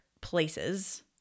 places